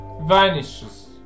vanishes